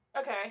Okay